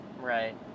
right